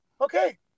okay